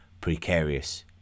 precarious